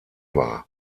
war